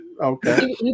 Okay